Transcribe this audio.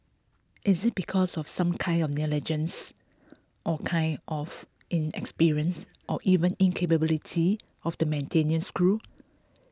is it because of some kind of negligence or kind of inexperience or even incapability of the maintenance crew